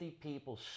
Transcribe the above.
people